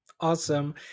Awesome